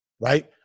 Right